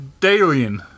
dalian